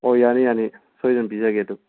ꯑꯣ ꯌꯥꯅꯤ ꯌꯥꯅꯤ ꯁꯣꯏꯗꯅ ꯄꯤꯖꯒꯦ ꯑꯗꯨ